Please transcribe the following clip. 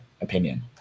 opinion